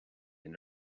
ina